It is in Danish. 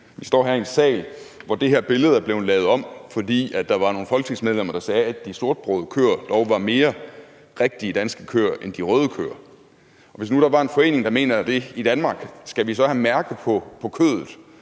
Vi står her i en sal, hvor maleriet på bagvæggen blev lavet om, fordi der var nogle folketingsmedlemmer, der sagde, at de sortbrogede køer var mere rigtige danske køer end de røde køer. Hvis der nu var en forening, der mente det i Danmark, skulle vi så have et mærke på kødet